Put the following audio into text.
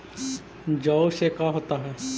जौ से का होता है?